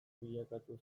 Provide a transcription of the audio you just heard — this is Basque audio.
bilakatu